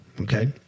Okay